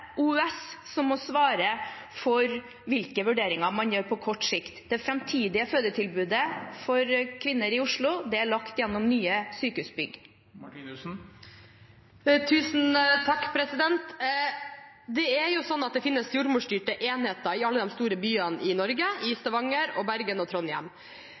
som må svare for hvilke vurderinger man gjør på kort sikt. Det framtidige fødetilbudet for kvinner i Oslo er lagt gjennom nye sykehusbygg. Det finnes jordmorstyrte enheter i alle de store byene i Norge, i Stavanger, i Bergen og i Trondheim.